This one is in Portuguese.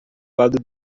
lado